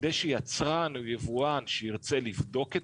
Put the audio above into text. כדי שיצרן או יבואן שירצה לבדוק את